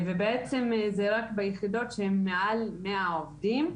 ובעצם זה רק ביחידות שהן מעל מאה עובדים.